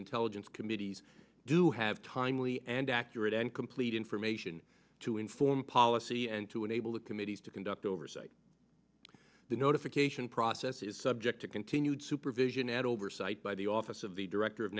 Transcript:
intelligence committees do have timely and accurate and complete information to inform policy and to enable the committees to conduct oversight the notification process is subject to continued supervision and oversight by the office of the director of